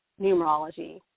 numerology